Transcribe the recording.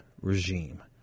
regime